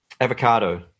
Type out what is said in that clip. avocado